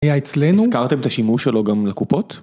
היה אצלנו, -השכרתם את השימוש שלו גם לקופות?